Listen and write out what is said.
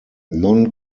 non